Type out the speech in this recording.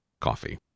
coffee